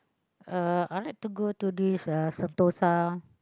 uh I like to go to this uh Sentosa